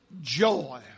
joy